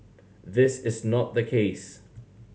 this is not the case